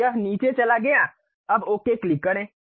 तो यह नीचे चला गया अब ओके क्लिक करें